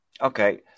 Okay